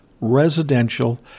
residential